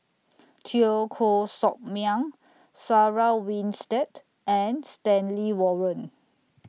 Teo Koh Sock Miang Sarah Winstedt and Stanley Warren